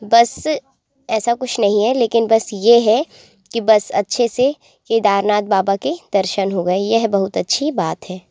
बस ऐसा कुछ नहीं है लेकिन बस ये है कि बस अच्छे से केदारनाथ बाबा के दर्शन हो गए यह बहुत अच्छी बात है